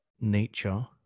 nature